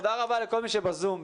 תודה רבה לכל מי שב-זום.